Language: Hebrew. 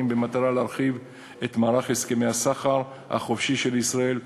כדי להרחיב את מערך הסכמי הסחר החופשי של ישראל.